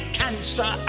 cancer